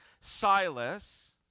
Silas